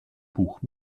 buch